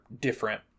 different